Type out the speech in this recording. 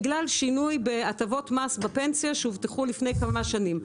1,500-1,000 שקלים בגלל שינוי בהטבות מס בפנסיה שהובטחו לפני כמה שנים.